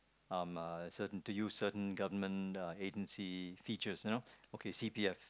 um uh certain to use certain government agency features you know okay C_P_F